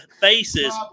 faces